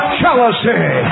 jealousy